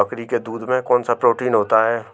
बकरी के दूध में कौनसा प्रोटीन होता है?